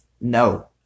No